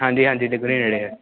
ਹਾਂਜੀ ਹਾਂਜੀ ਦੁੱਗਰੀ ਨੇੜੇ ਆ